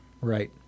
Right